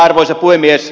arvoisa puhemies